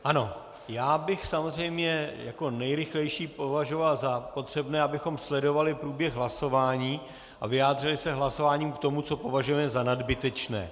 Ano, já bych samozřejmě jako nejrychlejší považoval za potřebné, abychom sledovali průběh hlasování a vyjádřili se hlasováním k tomu, co považujeme za nadbytečné.